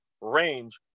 range